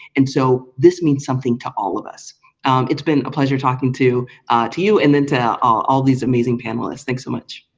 and so this means something to all of us it's been a pleasure talking to to you and then to all all these amazing panelists. thanks so much.